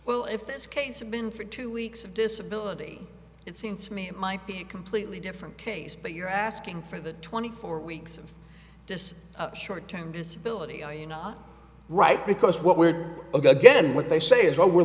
well if this case had been for two weeks of disability it seems to me might be completely different case but you're asking for the twenty four weeks of this short term disability are you not right because what we're again what they say is what we're